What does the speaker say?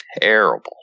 Terrible